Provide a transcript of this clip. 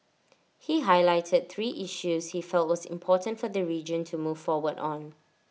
he highlighted three issues he felt was important for the region to move forward on